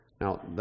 Now